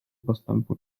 dostępu